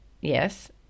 yes